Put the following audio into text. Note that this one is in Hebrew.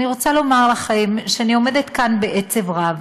אני רוצה לומר לכם שאני עומדת כאן בעצב רב.